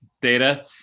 data